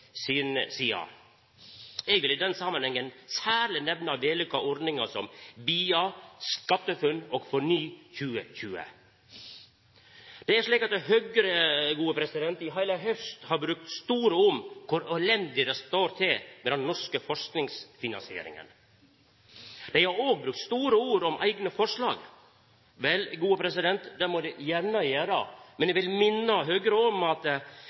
Eg vil i den samanhengen særleg nemna vellukka ordningar som BIA, SkatteFUNN og FORNY2020. Høgre har i heile haust brukt store ord om kor elendig det står til med den norske forskingsfinansieringa. Dei har òg brukt store ord om eigne forslag. Vel, det må dei gjerne gjera, men eg vil minna Høgre om at